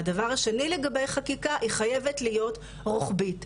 והדבר השני לגבי חקיקה, היא חייבת להיות רוחבית.